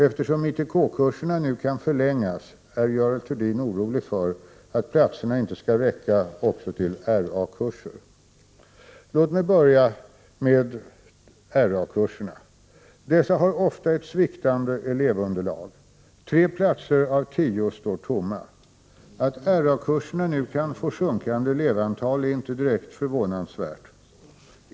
Eftersom ITK-kurserna nu kan förlängas, är Görel Thurdin orolig för att platserna inte skall räcka också till RA-kurser. Låt mig börja med RA-kurserna. Dessa har ofta ett sviktande elevunderlag. Tre platser av tio står tomma. Att RA-kurserna nu kan få sjunkande elevantal är inte direkt förvånansvärt.